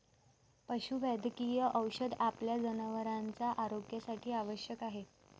पशुवैद्यकीय औषध आपल्या जनावरांच्या आरोग्यासाठी आवश्यक आहे